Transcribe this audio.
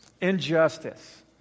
injustice